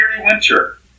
winter